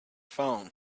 phone